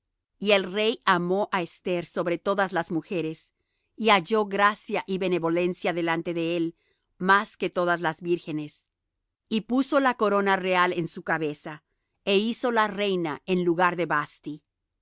y el rey amó á esther sobre todas las mujeres y halló gracia y benevolencia delante de él más que todas las vírgenes y puso la corona real en su cabeza é hízola reina en lugar de vasthi